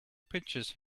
pinches